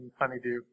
honeydew